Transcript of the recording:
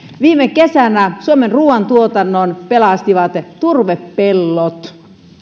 viime kesänä suomen ruoantuotannon pelastivat turvepellot